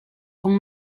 con